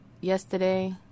yesterday